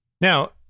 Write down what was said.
Now